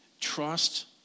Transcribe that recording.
trust